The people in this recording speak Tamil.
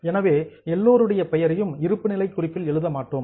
எனவே எல்லோருடைய பெயரையும் இருப்புநிலை குறிப்பில் எழுத மாட்டோம்